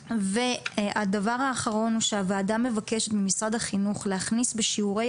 הדבר האחרון הוא שהוועדה מבקשת ממשרד החינוך להכניס בשיעורי